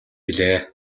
билээ